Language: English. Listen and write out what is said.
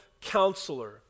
counselor